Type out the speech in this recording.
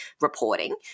reporting